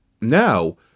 now